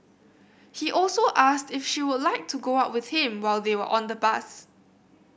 he also asked if she would like to go out with him while they were on the bus